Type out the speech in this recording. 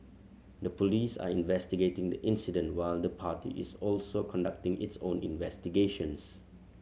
the police are investigating the incident while the party is also conducting its own investigations